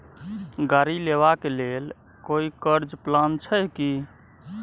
गाड़ी लेबा के लेल कोई कर्ज प्लान छै की?